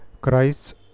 christ